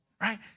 right